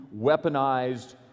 weaponized